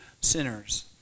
sinners